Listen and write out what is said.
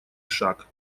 шаг